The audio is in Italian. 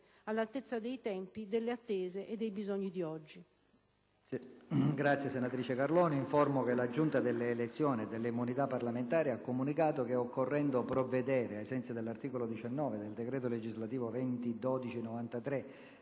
all'altezza dei tempi, delle attese e dei bisogni di oggi.